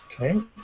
Okay